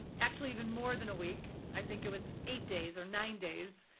and actually even more than a week, i think it was eight days or nine days,